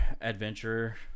adventure